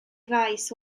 faes